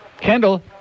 Kendall